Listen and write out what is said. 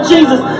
Jesus